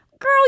Girl